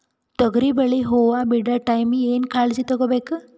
ತೊಗರಿಬೇಳೆ ಹೊವ ಬಿಡ ಟೈಮ್ ಏನ ಕಾಳಜಿ ತಗೋಬೇಕು?